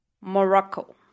Morocco